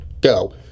go